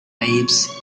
babes